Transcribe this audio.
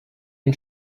den